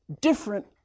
different